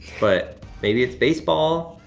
but maybe it's baseball,